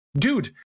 dude